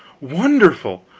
wonderful!